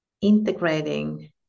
integrating